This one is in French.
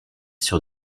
sur